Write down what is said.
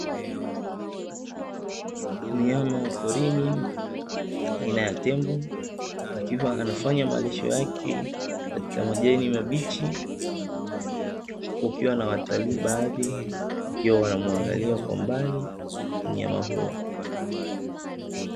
Mnyama wa porini aina ya tembo akiwa anafanya malisho yake, katika majani mabichi kukiwa na watalii baadhi, wakiwa wanamuangalia kwa mbali mnyama huyo.